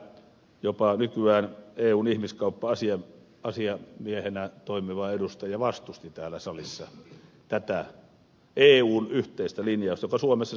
jopa nykyään eun ihmiskauppa asiamiehenä toimiva edustaja vastusti täällä salissa tätä eun yhteistä linjausta joka suomessa sitten vietiin läpi